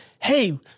Hey